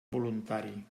voluntari